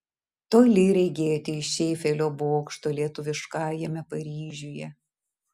toli regėti iš eifelio bokšto lietuviškajame paryžiuje